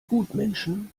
gutmenschen